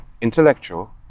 intellectual